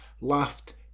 laughed